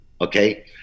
Okay